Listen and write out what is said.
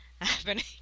happening